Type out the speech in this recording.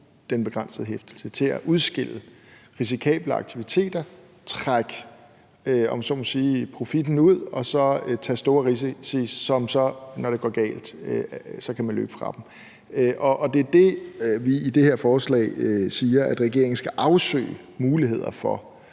den begrænsede hæftelse til at udskille risikable aktiviteter, trække profitten ud så at sige og tage store risici, som man så, når det går galt, kan løbe fra. Det er der, hvor vi i det her forslag siger, at regeringen skal afsøge muligheder for